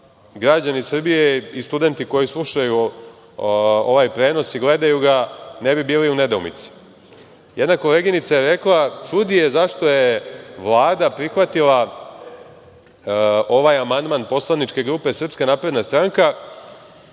građani Srbije i studenti koji slušaj ovaj prenos i gledaju ga ne bi bili u nedoumici. Jedna koleginica je rekla, čudi je zašto je Vlada prihvatila ovaj amandman poslaničke grupe SNS, kada amandman